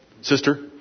Sister